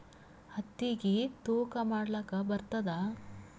ಹತ್ತಿಗಿ ತೂಕಾ ಮಾಡಲಾಕ ಬರತ್ತಾದಾ?